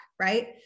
right